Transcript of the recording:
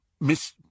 Miss